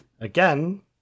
again